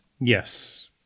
yes